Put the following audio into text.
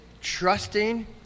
trusting